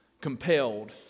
Compelled